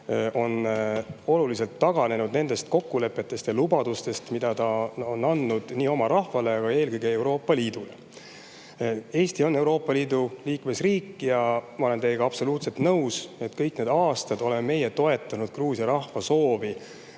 on oluliselt taganenud kokkulepetest ja lubadustest, mille ta on andnud ka oma rahvale, aga eelkõige Euroopa Liidule. Eesti on Euroopa Liidu liikmesriik. Ma olen teiega absoluutselt nõus, et kõik need aastad oleme me toetanud Gruusia rahva soovi